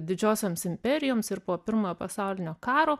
didžiosioms imperijoms ir po pirmojo pasaulinio karo